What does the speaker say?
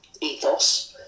ethos